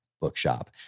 Bookshop